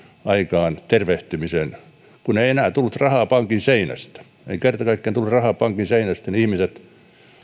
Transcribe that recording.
aikaan tervehtymisen kun ei enää tullut rahaa pankin seinästä ei kerta kaikkiaan tullut rahaa pankin seinästä niin ihmiset